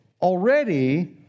already